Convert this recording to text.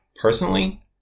Personally